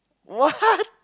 what